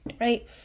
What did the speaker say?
right